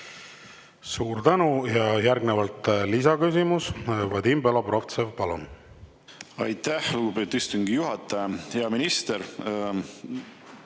Suur tänu! Ja järgnevalt lisaküsimus, Vadim Belobrovtsev, palun! Aitäh, lugupeetud istungi juhataja! Hea minister!